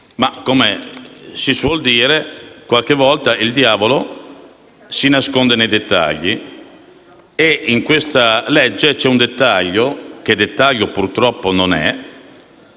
Ma - come si suol dire - qualche volta il diavolo si nasconde nei dettagli e il disegno di legge contiene un dettaglio - che dettaglio purtroppo non è